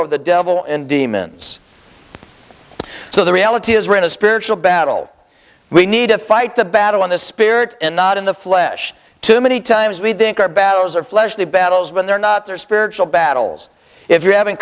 over the devil and demons so the reality is we're in a spiritual battle we need to fight the battle in the spirit and not in the flesh too many times we think our battles are fleshly battles when they're not their spiritual battles if you're having